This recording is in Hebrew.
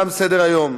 תם סדר-היום,